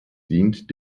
dient